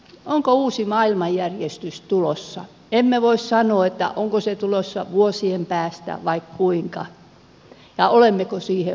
onko uusi maailmanjärjestys tulossa emme voi sanoa onko se tulossa vuosien päästä vai kuinka ja olemmeko siihen valmiit